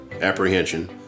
apprehension